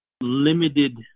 limited